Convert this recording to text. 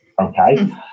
Okay